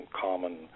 common